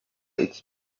iki